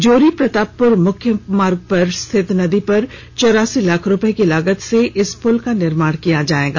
जोरी प्रतापप्र मुख्य पथ पर स्थित नदी पर चौरासी लाख रूपये की लागत से इस पुल का निर्माण किया जाएगा